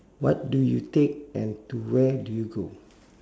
what do you take and to where do you go